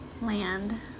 land